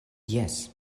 jes